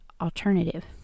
alternative